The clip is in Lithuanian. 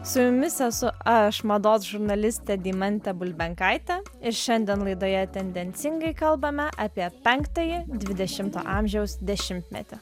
su jumis esu aš mados žurnalistė deimantė bulbenkaitė ir šiandien laidoje tendencingai kalbame apie penktąjį dvidešimto amžiaus dešimtmetį